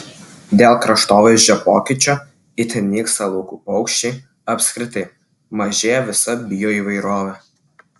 dėl kraštovaizdžio pokyčio itin nyksta laukų paukščiai apskritai mažėja visa bioįvairovė